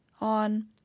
on